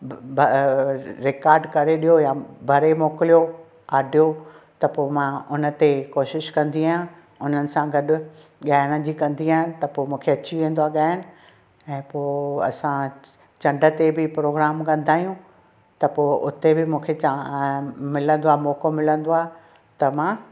ब अ रेकार्ड करे ॾियो या भरे मोकिलियो आडियो त पोइ मां उन ते कोशिश कंदी आहियां उन्हनि सां गॾु ॻाइण जी कंदी आहियां त पोइ मूंखे अची वेंदो आहे ॻाइण ऐं पोइ असां चंड ते बि प्रोग्राम कंदा आहियूं त पोइ उते बि मूंखे चां मिलंदो आहे मौक़ो मिलंदो आहे त मां